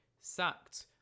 sacked